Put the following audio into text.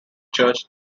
church